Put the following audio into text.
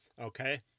Okay